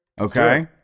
Okay